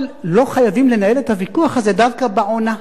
אבל לא חייבים לנהל את הוויכוח הזה דווקא בעונה.